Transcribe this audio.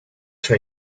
sur